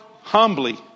humbly